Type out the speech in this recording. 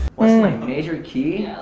what's my major key?